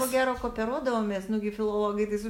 ko gero kooperuodavomės nugi filologai tai su